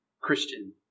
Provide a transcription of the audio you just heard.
Christian